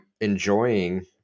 enjoying